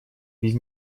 без